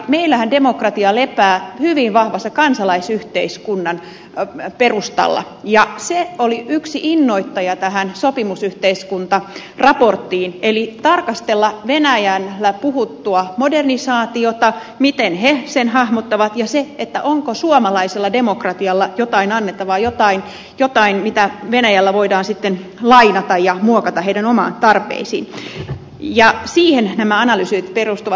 meillähän demokratia lepää hyvin vahvasti kansalaisyhteiskunnan perustalla ja se oli yksi innoittaja tähän sopimusyhteiskuntaraporttiin eli tarkastella venäjällä puhuttua modernisaatiota miten he sen hahmottavat ja se onko suomalaisella demokratialla jotain annettavaa jotain mitä venäjällä voidaan sitten lainata ja muokata heidän omiin tarpeisiinsa ja siihen nämä analyysit perustuvat